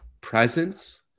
presence